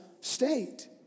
state